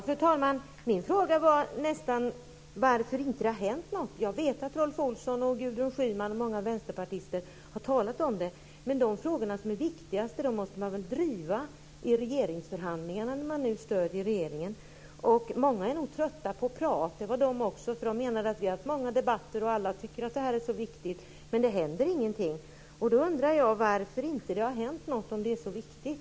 Fru talman! Min fråga var varför det inte har hänt något. Jag vet att Rolf Olsson, Gudrun Schyman och många vänsterpartister har talat om det. Men man måste väl driva de frågor som är viktigast i regeringsförhandlingarna, när man nu stöder regeringen. Många är nog trötta på prat. Det var de också i klubben. De menade att vi har haft många debatter och att alla tycker att detta är så viktigt men att det inte händer någonting. Jag undrar varför det inte har hänt något, om det nu är så viktigt.